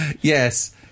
Yes